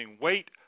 weight